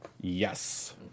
Yes